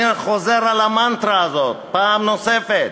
אני חוזר על המנטרה הזאת פעם נוספת.